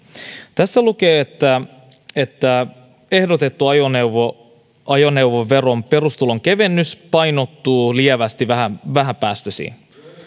tässä lukee että että ehdotettu ajoneuvoveron perusveron kevennys painottuu lievästi vähäpäästöisiin